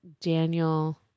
Daniel